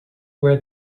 where